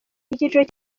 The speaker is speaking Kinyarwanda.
icyiciro